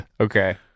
Okay